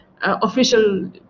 official